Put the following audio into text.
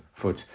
foot